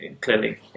clearly